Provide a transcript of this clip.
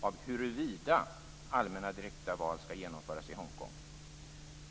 av huruvida allmänna direkta val skall genomföras i Hongkong.